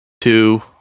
two